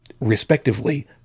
respectively